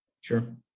Sure